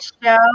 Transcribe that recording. show